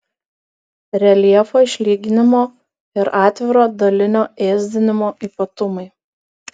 reljefo išlyginimo ir atviro dalinio ėsdinimo ypatumai